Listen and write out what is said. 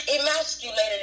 emasculated